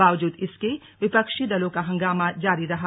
बावजूद इसके विपक्षी दलों का हंगामा जारी रहा